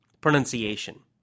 pronunciation